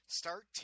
start